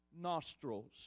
nostrils